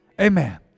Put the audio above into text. amen